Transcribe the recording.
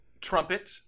trumpet